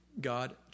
God